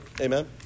Amen